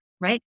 right